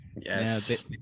Yes